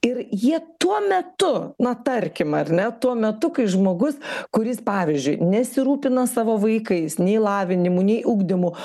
ir jie tuo metu na tarkim ar ne tuo metu kai žmogus kuris pavyzdžiui nesirūpina savo vaikais nei lavinimu nei ugdymu